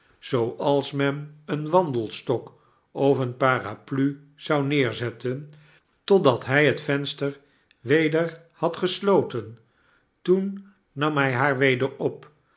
zooals men een wandelstok of paraplu zou neerzetten totdat hij het venster weder had gesloten toen nam hij haar weder op